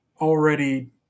already